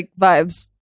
vibes